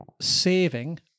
saving